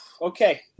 Okay